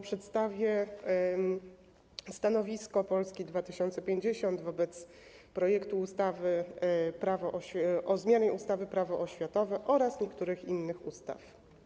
Przedstawię stanowisko Polski 2050 wobec projektu ustawy o zmianie ustawy - Prawo oświatowe oraz niektórych innych ustaw.